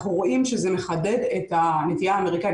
אנחנו רואים שזה מחדד את הנטייה האמריקאית